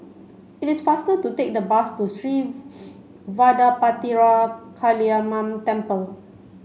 it is faster to take the bus to Sri Vadapathira Kaliamman Temple